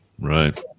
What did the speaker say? Right